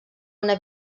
una